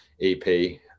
ep